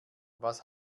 was